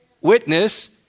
witness